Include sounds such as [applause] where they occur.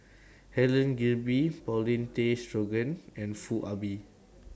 [noise] Helen Gilbey Paulin Tay Straughan and Foo Ah Bee